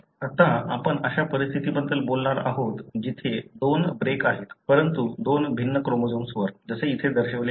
आता आपण अशा परिस्थितीबद्दल बोलणार आहोत जिथे दोन ब्रेक आहेत परंतु दोन भिन्न क्रोमोझोम्सवर जसे इथे दर्शविले आहे